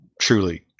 truly